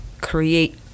create